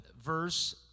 verse